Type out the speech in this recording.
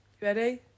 ready